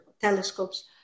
telescopes